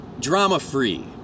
drama-free